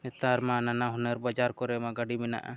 ᱱᱮᱛᱟᱨ ᱢᱟ ᱱᱟᱱᱟ ᱦᱩᱱᱟᱹᱨ ᱵᱟᱡᱟᱨ ᱠᱚᱨᱮᱜᱢᱟ ᱜᱟᱹᱰᱤ ᱢᱮᱱᱟᱜᱼᱟ